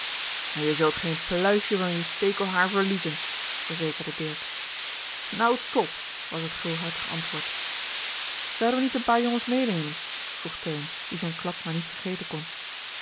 je zult geen pluisje van je stekelhaar verliezen verzekerde dirk nou top was het gulhartige antwoord zouden we niet een paar jongens medenemen vroeg teun die zijn klap maar niet vergeten kon